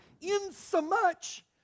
insomuch